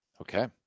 Okay